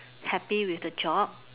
happy with the job